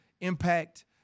impact